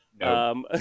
No